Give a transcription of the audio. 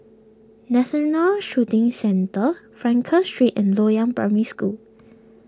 National Shooting Centre Frankel Street and Loyang Primary School